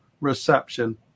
reception